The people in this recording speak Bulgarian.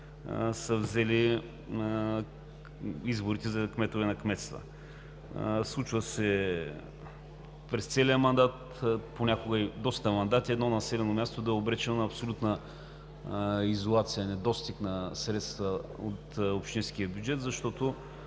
са взели изборите за кметове на кметства. Случва се през целия мандат, понякога и в доста мандати, едно населено място да е обречено на абсолютна изолация – недостиг на средства от общинския бюджет, защото